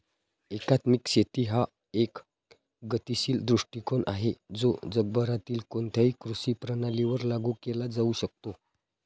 एकात्मिक शेती हा एक गतिशील दृष्टीकोन आहे जो जगभरातील कोणत्याही कृषी प्रणालीवर लागू केला जाऊ शकतो